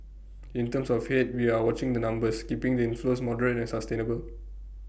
in terms of Head we are watching the numbers keeping the inflows moderate and sustainable